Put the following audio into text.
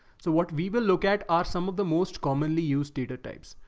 so what we will look at are some of the most commonly used data types.